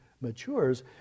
matures